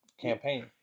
campaign